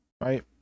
Right